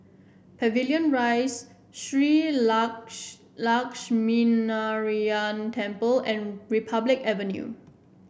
Pavilion Rise Shree Lakshminarayanan Temple and Republic Avenue